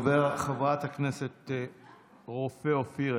חברת הכנסת רופא אופיר,